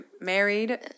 married